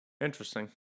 Interesting